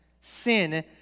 sin